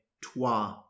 toi